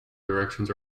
directions